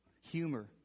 humor